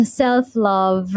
self-love